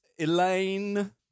Elaine